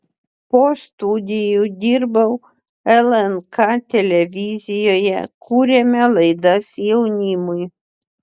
po studijų dirbau lnk televizijoje kūrėme laidas jaunimui